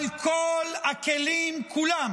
אבל כל הכלים כולם